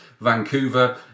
Vancouver